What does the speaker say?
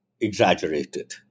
exaggerated